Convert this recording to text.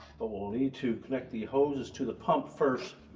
but will need to connect the hoses to the pump first,